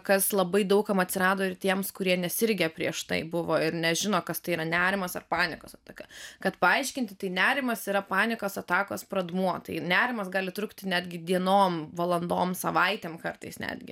kas labai daug kam atsirado ir tiems kurie nesirgę prieš tai buvo ir nežino kas tai yra nerimas ar panikos ataka kad paaiškinti tai nerimas yra panikos atakos pradmuo tai nerimas gali trukti netgi dienom valandoms savaitėm kartais netgi